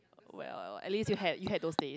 well at least you had you had those days